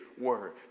word